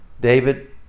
David